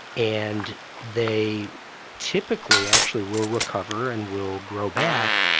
and they typically actually will recover and will grow back,